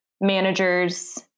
managers